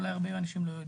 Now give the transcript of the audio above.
אולי הרבה אנשים לא יודעים.